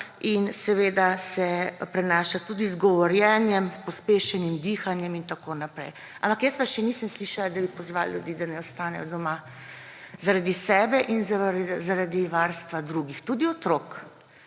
in seveda se prenaša tudi z govorjenjem, s pospešenim dihanjem in tako naprej. Ampak jaz vas še nisem slišala, da bi pozvali ljudi, da naj ostanejo doma zaradi sebe in zaradi varstva drugih, tudi otrok.